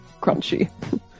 Crunchy